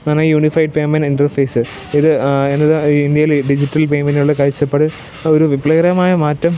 കാരണം unified payment interface ഇത് ആധുനിക ഇന്ത്യയിൽ ഡിജിറ്റൽ പേയ്മെൻ്റുകളുടെ കാഴ്ചപ്പാടിൽ ഒരു വിപ്ലവകരമായ മാറ്റം